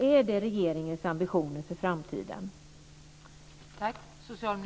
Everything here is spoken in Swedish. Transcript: Är det regeringens ambition för framtiden?